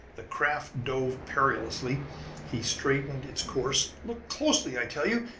the craft dove perilously he straightened its course. look closely, i tell you!